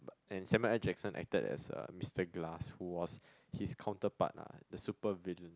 and Samuel-L-Jackson acted as uh Mister Glass who was his counterpart ah the super villian